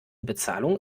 bezahlung